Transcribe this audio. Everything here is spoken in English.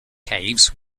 caves